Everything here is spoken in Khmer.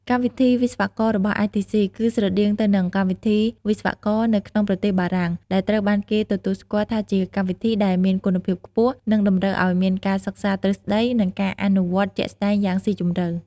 កម្មវិធីវិស្វកររបស់ ITC គឺស្រដៀងទៅនឹងកម្មវិធីវិស្វករនៅក្នុងប្រទេសបារាំង ដែលត្រូវបានគេទទួលស្គាល់ថាជាកម្មវិធីដែលមានគុណភាពខ្ពស់ និងតម្រូវឱ្យមានការសិក្សាទ្រឹស្តី និងការអនុវត្តជាក់ស្តែងយ៉ាងស៊ីជម្រៅ។